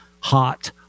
hot